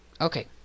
Okay